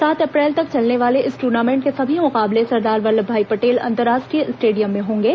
सात अप्रैल तक चलने वाले इस टूर्नामेंट के सभी मुकाबले सरदार वल्लभभाई पटेल अंतरराष्ट्रीय स्टेडियम में होंगे